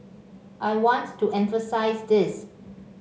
I want to emphasise this